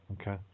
Okay